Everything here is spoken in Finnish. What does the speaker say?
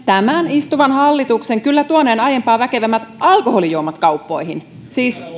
istuvan hallituksen kyllä tuoneen aiempaa väkevämmät alkoholijuomat kauppoihin siis